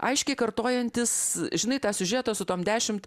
aiškiai kartojantis žinai tą siužetą su tom dešimt